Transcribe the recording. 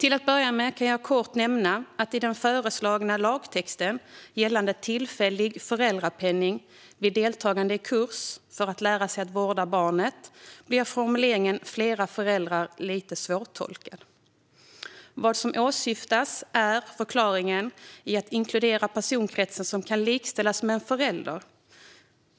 Låt mig kort nämna att i den föreslagna lagtexten gällande tillfällig föräldrapenning vid deltagande i kurs för att lära sig att vårda barnet blir formuleringen "flera föräldrar" lite svårtolkad. Vad som åsyftas är att inkludera personkretsen som kan likställas med en förälder.